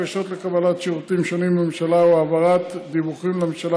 בקשות לקבלת שירותים שונים מהממשלה או העברת דיווחים לממשלה,